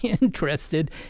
interested